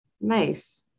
Nice